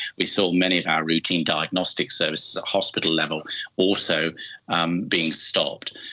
we saw many of our routine diagnostic services at hospital level also um being stopped.